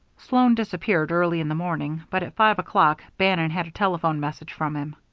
sloan disappeared early in the morning, but at five o'clock bannon had a telephone message from him.